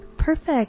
Perfect